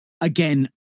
again